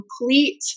complete